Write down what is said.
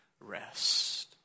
rest